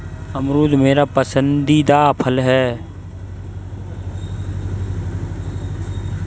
अमरूद मेरा पसंदीदा फल है